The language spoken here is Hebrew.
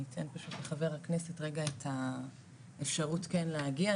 אני אתן פשוט לחבר הכנסת רגע את האפשרות כן להגיע,